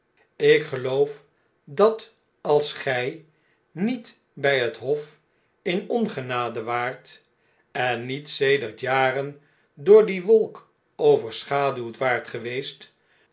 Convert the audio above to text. ik geloof dat als gg niet bjj het hof in ongenade waart en niet sedert jaren door die wolk overscliaduwd waart geweest